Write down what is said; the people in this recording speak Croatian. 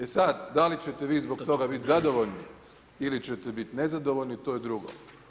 E sad, da li ćete vi zbog toga biti zadovoljni ili ćete biti nezadovoljni, to je drugo.